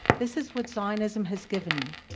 this is what zionism has given me.